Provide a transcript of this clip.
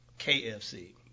KFC